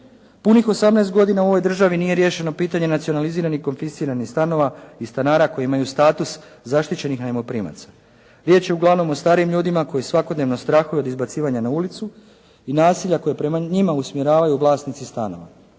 Punih 18 godina u ovoj državi nije riješeno pitanje nacionaliziranih i konfisciranih stanova i stanara koji imaju status zaštićenih najmoprimaca. Riječ je uglavnom o starim ljudima koji svakodnevno strahuju od izbacivanja na ulicu i nasilja koje prema njima usmjeravaju vlasnici stanova.